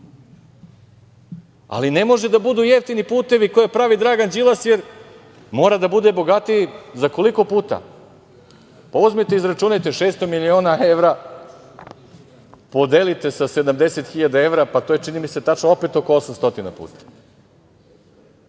Ali ne mogu da budu jeftini putevi koje pravi Dragan Đilas, jer mora da bude bogatiji za koliko puta? Uzmite izračunajte, 600 miliona evra podelite sa 70 hiljada evra, to je čini mi se tačno opet oko 800 puta.